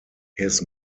his